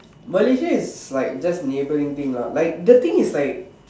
Malaysia is like just neighbouring thing lah the thing is like